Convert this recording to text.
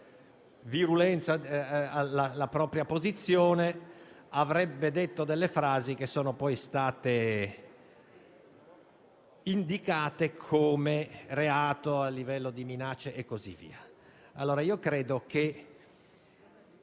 virulenza la propria posizione e di aver pronunciato delle frasi che sono poi state indicate come reato (a livello di minacce e così via).